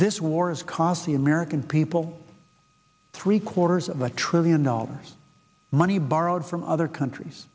this war has cost the american people three quarters of a trillion dollars money borrowed from other countries